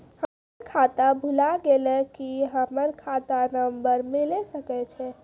हमर खाता भुला गेलै, की हमर खाता नंबर मिले सकय छै?